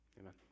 Amen